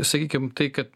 sakykim tai kad